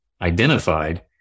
identified